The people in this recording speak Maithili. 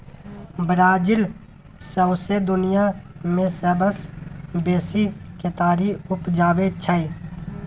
ब्राजील सौंसे दुनियाँ मे सबसँ बेसी केतारी उपजाबै छै